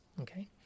okay